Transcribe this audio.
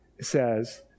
says